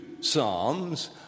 psalms